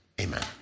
Amen